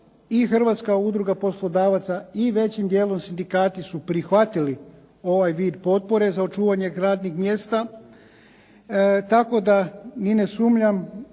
i Hrvatska udruga poslodavaca i većim dijelom sindikati su prihvatili ovaj vid potpore za očuvanje radnih mjesta tako da ni ne sumnjam